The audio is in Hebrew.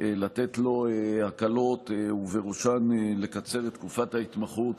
לתת לו הקלות, ובראשן לקצר את תקופת ההתמחות